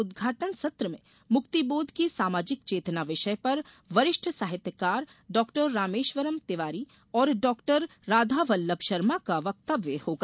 उद्घाटन सत्र में मुक्तिबोध की सामाजिक चेतना विषय पर वरिष्ठ साहित्यकार डॉ रामेश्वरम् तिवारी और डॉ राधावल्लभ शर्मा का वक्तव्य होगा